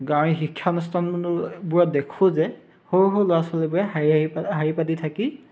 গাঁৱে শিক্ষানুষ্ঠানবোৰত দেখোঁ যে সৰু সৰু ল'ৰা ছোৱালীবোৰে শাৰী শাৰী পাতি শাৰী পাতি থাকি